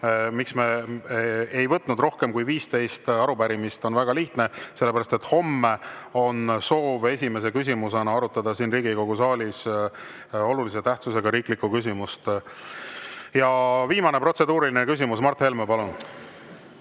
miks me ei võtnud rohkem kui 15 arupärimist, on väga lihtne: sellepärast et homme on soov esimese küsimusena arutada siin Riigikogu saalis olulise tähtsusega riiklikku küsimust. Viimane protseduuriline küsimus, Mart Helme, palun!